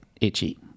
itchy